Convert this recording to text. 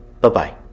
Bye-bye